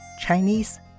Chinese